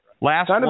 Last